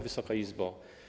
Wysoka Izbo!